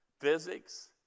physics